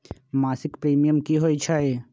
मासिक प्रीमियम की होई छई?